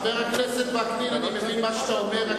חבר הכנסת וקנין, אני מבין מה שאתה אומר.